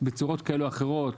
בצורות כאלה או אחרות,